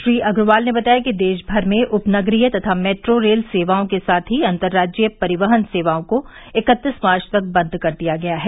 श्री अग्रवाल ने बताया कि देशभर में उप नगरीय तथा मेट्रो रेल सेवाओं के साथ ही अंतरराज्यीय परिवहन सेवाओं को इकत्तीस मार्च तक बंद कर दिया गया है